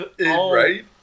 Right